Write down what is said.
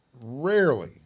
rarely